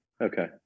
Okay